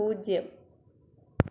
പൂജ്യം